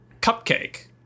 cupcake